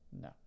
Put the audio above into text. No